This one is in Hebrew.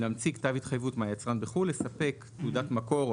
להמציא כתב התחייבות מהיצרן בחו"ל לספק תעודת מקור או